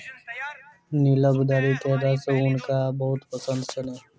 नीलबदरी के रस हुनका बहुत पसंद छैन